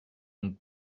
donc